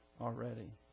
already